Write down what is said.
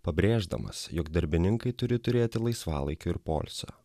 pabrėždamas jog darbininkai turi turėti laisvalaikio ir poilsio